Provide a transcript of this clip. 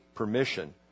permission